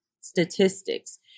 statistics